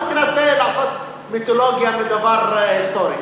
אל תנסה לעשות מיתולוגיה מדבר היסטורי.